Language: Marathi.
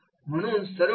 म्हणून सर्वप्रथम